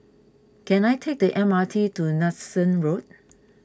can I take the M R T to Nanson Road